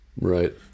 Right